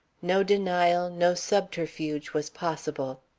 no denial, no subterfuge was possible.